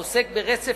העוסק ברצף